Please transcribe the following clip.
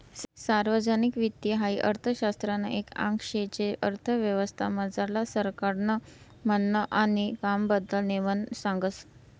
सार्वजनिक वित्त हाई अर्थशास्त्रनं एक आंग शे जे अर्थव्यवस्था मझारलं सरकारनं म्हननं आणि कामबद्दल नेमबन सांगस